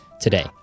today